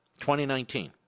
2019